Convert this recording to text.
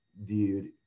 viewed